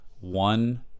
one